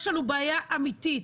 יש לנו בעיה אמיתית,